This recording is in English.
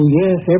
yes